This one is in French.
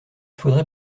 faudrait